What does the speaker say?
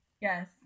Yes